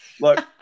look